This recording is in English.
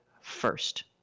first